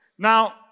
Now